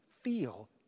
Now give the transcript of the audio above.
feel